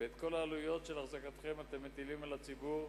ואת כל העלויות של אחזקתכם אתם מטילים על הציבור,